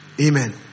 Amen